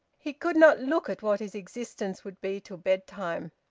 he could not look at what his existence would be till bedtime.